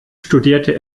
studierte